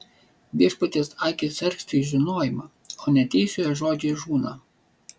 viešpaties akys sergsti žinojimą o neteisiojo žodžiai žūna